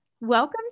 Welcome